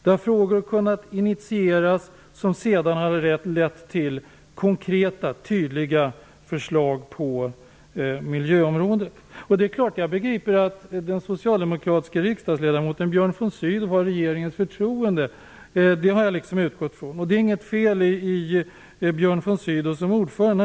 Man har där kunnat initiera frågor som lett till konkreta och tydliga förslag på miljöområdet. Jag har utgått från att den socialdemokratiske riksdagsledamoten Björn von Sydow har regeringens förtroende, och det är naturligtvis i och för sig inget fel i att tillsätta honom som ordförande.